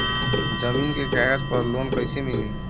जमीन के कागज पर लोन कइसे मिली?